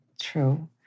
true